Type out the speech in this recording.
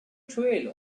trail